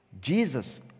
Jesus